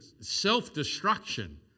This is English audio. self-destruction